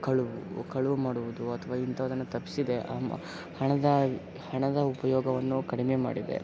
ಕಳವು ಕಳವು ಮಾಡುವುದು ಅಥವಾ ಇಂಥದ್ದನ್ನ ತಪ್ಪಿಸಿದೆ ಹಣದ ಹಣದ ಉಪಯೋಗವನ್ನು ಕಡಿಮೆ ಮಾಡಿದೆ